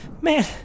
man